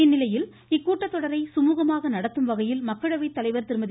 இந்நிலையில் இக்கூட்டத்தொடரை சுமூகமாக நடத்தும் வகையில் மக்களவைத் தலைவர் திருமதி